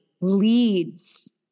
leads